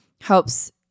helps